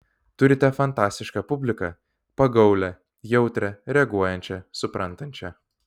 turite fantastišką publiką pagaulią jautrią reaguojančią suprantančią